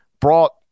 brought